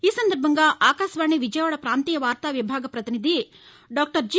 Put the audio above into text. ఈసందర్భంగా ఆకాశవాణి విజయవాడ ప్రాంతీయ వార్తా విభాగ ప్రతినిధి డాక్టర్ జి